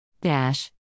Dash